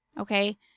okay